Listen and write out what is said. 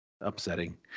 upsetting